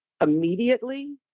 immediately